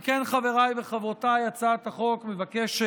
אם כן, חבריי וחברותיי, הצעת החוק מבקשת